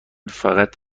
فقط